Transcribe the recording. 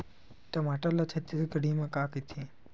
टमाटर ला छत्तीसगढ़ी मा का कइथे?